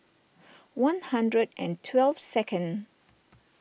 one hundred and twelve second